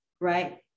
Right